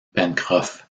pencroff